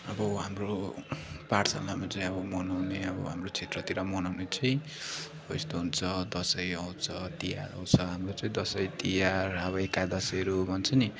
अब हाम्रो पाठशालामा चाहिँ अब मनाउने अब हाम्रो क्षेत्रतिर मनाउने चाहिँ अब यस्तो हुन्छ दसैँ आउँछ तिहार आउँछ हाम्रो चाहिँ दसैँतिहार अब एकादशीहरू भन्छ नि